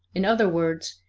in other words,